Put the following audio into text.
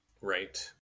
Right